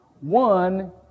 One